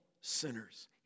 sinners